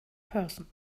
person